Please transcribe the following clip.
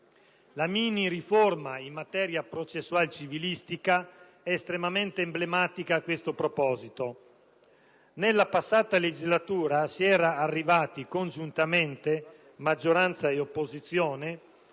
La miniriforma in materia processual-civilistica è estremamente emblematica a questo proposito. Nella passata legislatura si era arrivati congiuntamente, maggioranza ed opposizione,